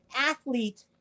athlete